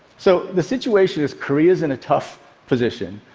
so the situation is korea is in a tough position,